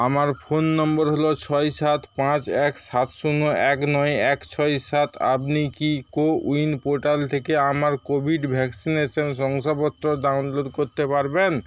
আমার phone number হল ছয় সাত পাঁচ এক সাত শূন্যএক নয় এক ছয় সাত আপনি কি কো উইন পোর্টাল থেকে আমার কোভিড ভ্যাকসিনেশন শংসাপত্র ডাউনলোড করতে পারবেন